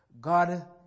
God